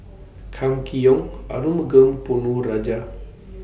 Kam Kee Yong Arumugam Ponnu Rajah